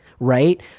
Right